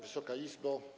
Wysoka Izbo!